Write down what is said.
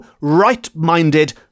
right-minded